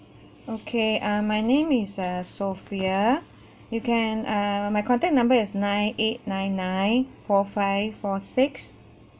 okay uh my name is uh sophia you can err my contact number is nine eight nine nine four five four six